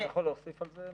אני יכול להוסיף על זה משהו?